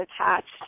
attached